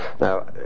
now